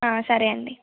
సరే అండి